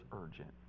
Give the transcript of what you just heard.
urgent